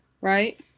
Right